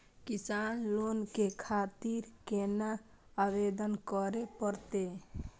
किसान लोन के खातिर केना आवेदन करें परतें?